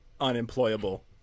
unemployable